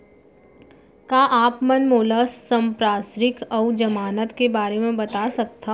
का आप मन मोला संपार्श्र्विक अऊ जमानत के बारे म बता सकथव?